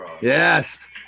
Yes